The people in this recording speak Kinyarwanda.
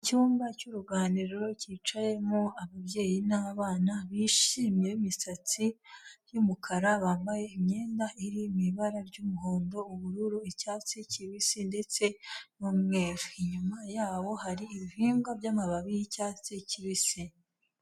Icyumba cy'uruganiriro cyicayemo ababyeyi n'abana bishimye b'imisatsi y'umukara, bambaye imyenda iri mu ibara ry'umuhondo, ubururu, icyatsi kibisi, ndetse n'umweru. Inyuma yabo hari ibihingwa by'amababi y'icyatsi kibisi.